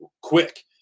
quick